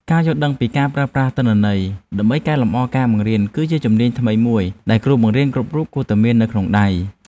ការយល់ដឹងពីការប្រើប្រាស់ទិន្នន័យដើម្បីកែលម្អការបង្រៀនគឺជាជំនាញថ្មីមួយដែលគ្រូបង្រៀនគ្រប់រូបគួរតែមាននៅក្នុងដៃ។